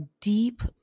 deep